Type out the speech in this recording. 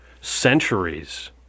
centuries